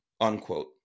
unquote